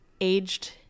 aged